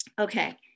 Okay